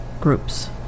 groups